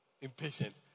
impatient